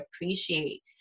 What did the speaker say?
appreciate